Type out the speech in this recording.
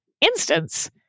instance